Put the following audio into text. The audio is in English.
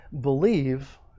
believe